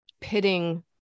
pitting